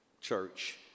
Church